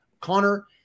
Connor